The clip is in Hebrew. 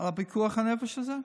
לפיקוח הנפש הזה?